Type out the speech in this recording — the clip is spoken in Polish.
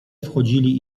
wchodzili